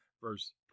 Verse